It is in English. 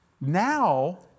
now